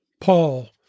Paul